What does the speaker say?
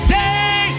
day